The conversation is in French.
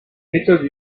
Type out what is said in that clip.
méthode